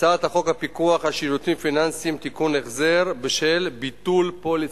הצעת חוק הפיקוח על שירותים פיננסיים (תיקון מס' 5) (מועד ביטול פוליסה)